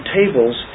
tables